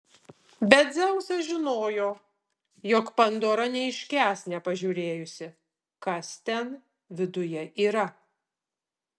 bet dzeusas žinojo jog pandora neiškęs nepažiūrėjusi kas ten viduje yra